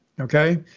okay